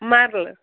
مَرلہٕ